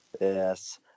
Yes